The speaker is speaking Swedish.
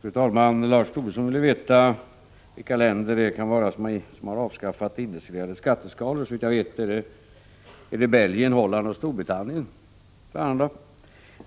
Fru talman! Lars Tobisson ville veta vilka länder som har avskaffat de indexreglerade skatteskalorna. Såvitt jag vet är det bl.a. Belgien, Holland och Storbritannien. När